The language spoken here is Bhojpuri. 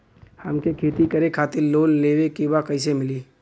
हमके खेती करे खातिर लोन लेवे के बा कइसे मिली?